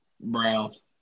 Browns